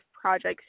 projects